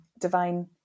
Divine